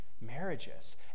marriages